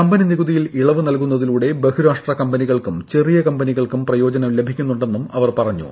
company നികുതിയിൽ ഇളവ് നൽകുന്നതിലൂടെ ബഹുരാഷ്ട്ര കമ്പനികൾക്കും ചെറിയ കമ്പനികൾക്കും പ്രയോജനം ലഭിക്കുന്നുണ്ടെന്നും അവർ പറഞ്ഞു